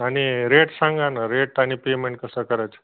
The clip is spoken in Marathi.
आणि रेट सांगा ना रेट आणि पेमेंट कसं करायचं